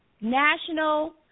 National